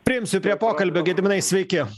priimsiu prie pokalbio gediminai sveiki